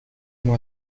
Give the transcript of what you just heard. ему